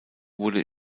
wurde